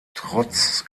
trotz